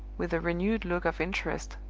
with a renewed look of interest,